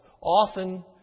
often